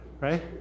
right